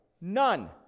none